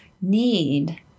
need